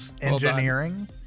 engineering